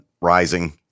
rising